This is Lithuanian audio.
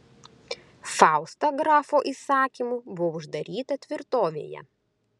fausta grafo įsakymu buvo uždaryta tvirtovėje